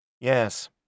Yes